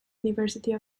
university